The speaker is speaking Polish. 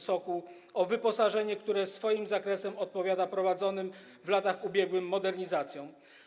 Sokół o wyposażenie, które swoim zakresem odpowiada prowadzonym w latach ubiegłych modernizacjom.